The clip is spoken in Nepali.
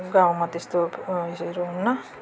गाउँमा त्यस्तो हरू हुन्न